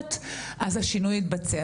התקשורת אז השינוי יתבצע,